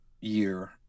year